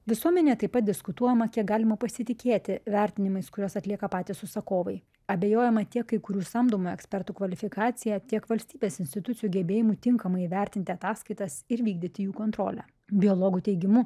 visuomenėje taip pat diskutuojama kiek galima pasitikėti vertinimais kuriuos atlieka patys užsakovai abejojama tiek kai kurių samdomų ekspertų kvalifikacija tiek valstybės institucijų gebėjimu tinkamai įvertinti ataskaitas ir vykdyti jų kontrolę biologų teigimu